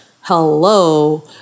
Hello